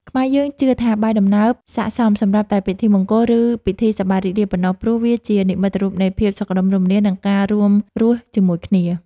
ខ្មែរយើងជឿថាបាយដំណើបសក្តិសមសម្រាប់តែពិធីមង្គល ឬពិធីសប្បាយរីករាយប៉ុណ្ណោះ ព្រោះវាជានិមិត្តរូបនៃភាពសុខដុមរមនា និងការរួមរស់ជាមួយគ្នា។